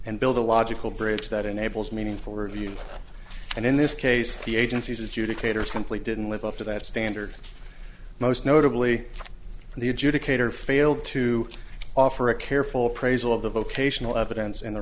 and build a logical bridge that enables meaningful review and in this case the agency's adjudicator simply didn't live up to that standard most notably the adjudicator failed to offer a careful appraisal of the vocational evidence in the